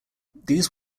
these